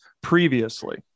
previously